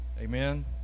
Amen